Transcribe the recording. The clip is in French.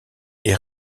est